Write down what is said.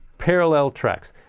parallel tracks.